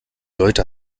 leute